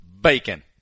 bacon